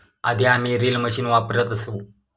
आधी आम्ही reel machine वापरत असू